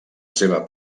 seva